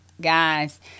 guys